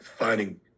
Finding